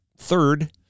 Third